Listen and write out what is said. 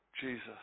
Jesus